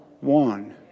one